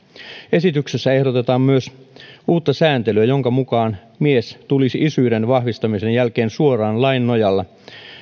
esityksessä ehdotetaan myös uutta sääntelyä jonka mukaan mies tulisi isyyden vahvistamisen jälkeen suoraan lain nojalla